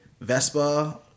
Vespa